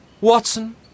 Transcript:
Watson